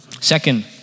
Second